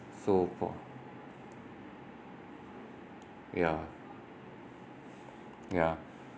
so for ya ya